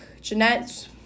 Jeanette